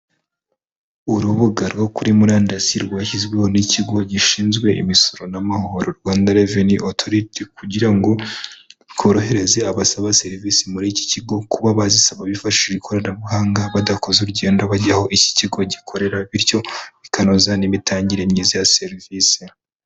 Urubuga rwo kuri murandasi rwashyizweho n'ikigo gishinzwe imisoro n'amahoro Rwanda revenue authority, kugira ngo cyorohereze abasaba serivisi muri iki kigo kuba bazisaba bifashishije ikoranabuhanga, badakoze urugendo bajya aho iki kigo gikorera bityo bikanoza n'imitangire myiza ya serivisi.